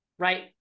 right